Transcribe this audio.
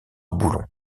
boulons